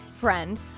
friend